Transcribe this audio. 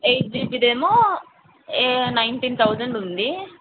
eight జీబీదేమో nineteen thousand ఉంది